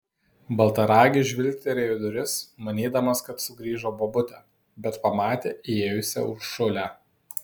baltaragis žvilgtelėjo į duris manydamas kad sugrįžo bobutė bet pamatė įėjusią uršulę